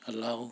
allow